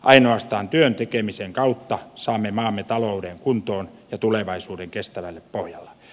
ainoastaan työn tekemisen kautta saamme maamme talouden kuntoon ja tulevaisuuden kestävälle pohjalle